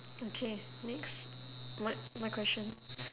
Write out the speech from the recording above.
okay next my my question